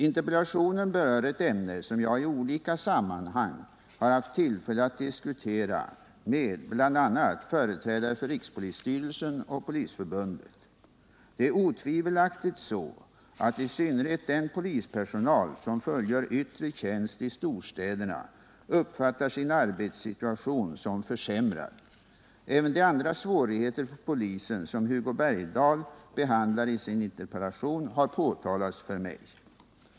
Interpellationen berör ett ämne som jag i olika sammanhang har haft tillfälle att diskutera med bl.a. företrädare för rikspolisstyrelsen och Polisförbundet. Det är otvivelaktigt så att i synnerhet den polispersonal som fullgör yttre tjänst i storstäderna uppfattar sin arbetssituation som försämrad. Även de andra svårigheter för polisen som Hugo Bergdahl behandlar i sin interpellation har påtalats för mig.